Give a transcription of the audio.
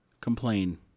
complain